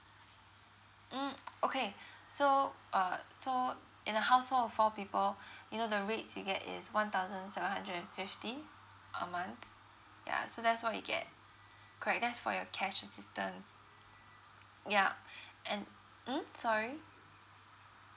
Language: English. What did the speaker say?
mm okay so uh so in a household of four people you know the rates you get is one thousand seven hundred and fifty a month ya so that's what you get correct that's for your cash assistance yup and mm sorry